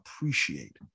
appreciate